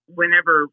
Whenever